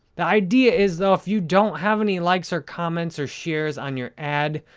the idea is though, if you don't have any likes or comments or shares on your ad,